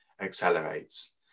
accelerates